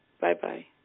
Bye-bye